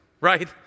right